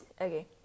Okay